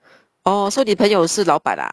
oh so 你朋友是老板啊